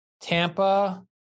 Tampa